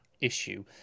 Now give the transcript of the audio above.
issue